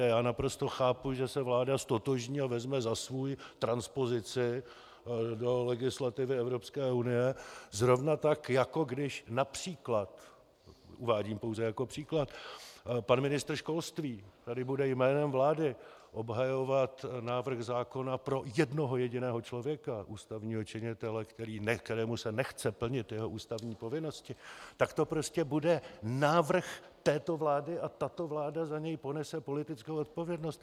A já naprosto chápu, že se vláda ztotožní a vezme za svůj transpozici do legislativy Evropské unie zrovna tak, jako když například, uvádím pouze jako příklad, pan ministr školství tady bude jménem vlády obhajovat návrh zákona pro jednoho jediného člověka, ústavního činitele, kterému se nechce plnit jeho ústavní povinnosti, tak to prostě bude návrh této vlády a tato vláda za něj ponese politickou odpovědnost.